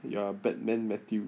you are a bad man matthew